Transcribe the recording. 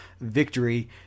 victory